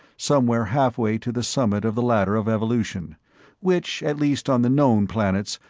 somewhere halfway to the summit of the ladder of evolution which, at least on the known planets,